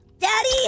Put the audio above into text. daddy